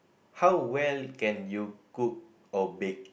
how well can you cook or bake